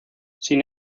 sin